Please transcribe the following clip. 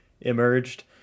emerged